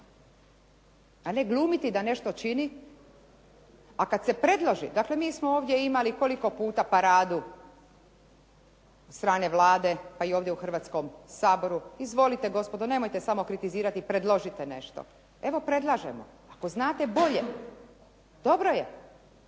a ne glumiti da nešto čini a kad se predloži, dakle mi smo ovdje imali koliko puta paradu od strane Vlade pa i ovdje u Hrvatskom saboru. Izvolite gospodo, nemojte samo kritizirati, predložite nešto. Evo predlažemo. Ako znate bolje dobro je,